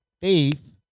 Faith